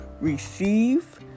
receive